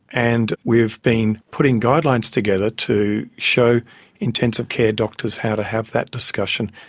and we've been putting guidelines together to show intensive care doctors how to have that discussion,